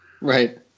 Right